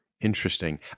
Interesting